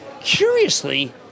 curiously